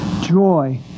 joy